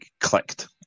clicked